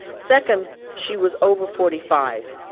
second she was over forty five,